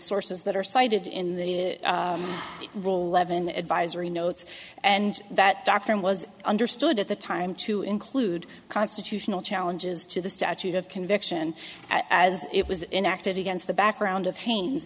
sources that are cited in the rule levon advisory notes and that dr was understood at the time to include constitutional challenges to the statute of conviction as it was enacted against the background of pain